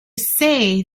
say